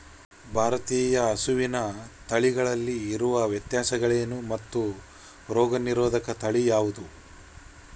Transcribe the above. ಭಾರತೇಯ ಹಸುವಿನ ತಳಿಗಳಲ್ಲಿ ಇರುವ ವ್ಯತ್ಯಾಸಗಳೇನು ಮತ್ತು ರೋಗನಿರೋಧಕ ತಳಿ ಯಾವುದು?